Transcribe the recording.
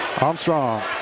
Armstrong